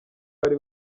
bari